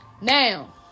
Now